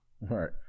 Right